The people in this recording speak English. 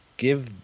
Give